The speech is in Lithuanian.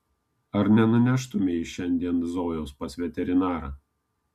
ar nenuneštumei šiandien zojos pas veterinarą